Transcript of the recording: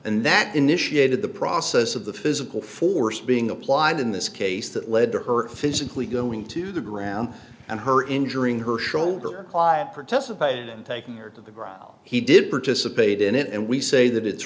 and that initiated the process of the physical force being applied in this case that led to her physically going to the ground and her injuring her shoulder client protests of pain and taking her to the ground he did participate in it and we say that it's